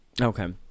Okay